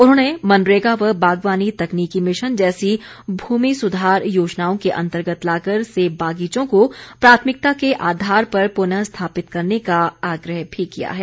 उन्होंने मनरेगा व बागवानी तकनीकी मिशन जैसी भूमि सुधार योजनाओं के अंतर्गत लाकर सेब बागीचों को प्राथमिकता के आधार पर पुनःस्थापित करने का आग्रह भी किया है